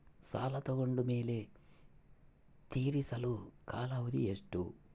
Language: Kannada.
ಸಾಲ ತಗೊಂಡು ಮೇಲೆ ತೇರಿಸಲು ಕಾಲಾವಧಿ ಎಷ್ಟು?